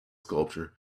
sculpture